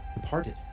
departed